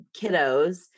kiddos